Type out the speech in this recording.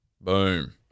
Boom